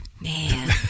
Man